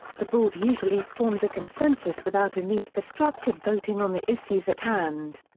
the board usually forms a consensus without a need for structured voting on the issues at hand.